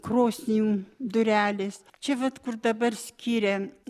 krosnių durelės čia vat kur dabar skiria